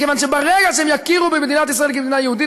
מכיוון שברגע שהם יכירו במדינת ישראל כמדינה יהודית,